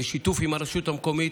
יש שיתוף עם הרשות המקומית.